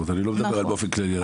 אני לא מדבר על באופן כללי.